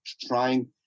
trying